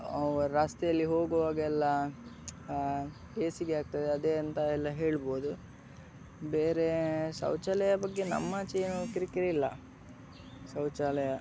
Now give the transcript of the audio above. ರಸ್ತೆಯಲ್ಲಿ ಹೋಗುವಾಗೆಲ್ಲ ಹೇಸಿಗೆ ಆಗ್ತದೆ ಅದೇ ಅಂತ ಎಲ್ಲ ಹೇಳ್ಬೋದು ಬೇರೆ ಶೌಚಾಲಯ ಬಗ್ಗೆ ನಮ್ಮಾಚೆ ಏನು ಕಿರಿಕಿರಿ ಇಲ್ಲ ಶೌಚಾಲಯ